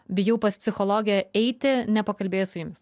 bijau pas psichologę eiti nepakalbėjus su jumis